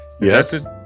Yes